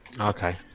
Okay